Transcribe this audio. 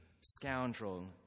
scoundrel